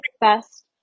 best